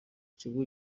kigo